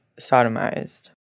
sodomized